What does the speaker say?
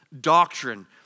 doctrine